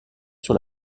sur